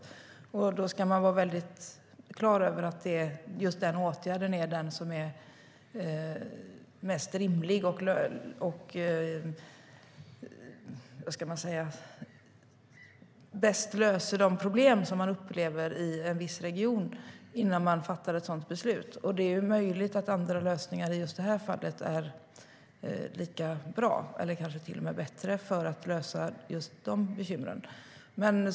Innan man fattar ett sådant beslut ska man vara väldigt klar över att just den åtgärden är den som är mest rimlig och bäst löser de problem som man upplever i en viss region. I just det här fallet är det möjligt att andra lösningar är lika bra eller kanske till och med bättre för att komma till rätta med bekymren.